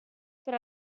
per